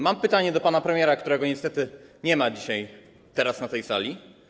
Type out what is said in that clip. Mam pytanie do pana premiera, którego niestety nie ma dzisiaj, teraz, na tej sali.